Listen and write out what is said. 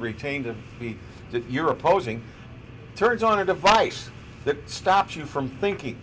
retained to be your opposing turns on a device that stops you from thinking